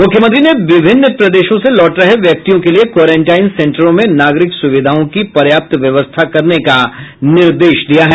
मुख्यमंत्री ने विभिन्न प्रदेशों से लौट रहे व्यक्तियों के लिए क्वारेंटीन सेंटरों में नागरिक सुविधाओं की पर्याप्त व्यवस्था करने का निर्देश दिया है